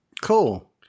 Cool